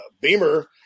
Beamer